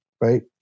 right